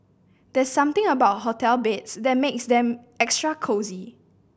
there's something about hotel beds that makes them extra cosy